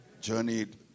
journeyed